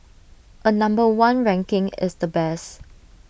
A number one ranking is the best